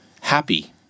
happy